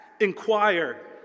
inquire